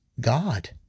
God